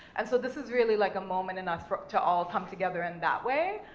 and so this is really like a moment in us to all come together in that way,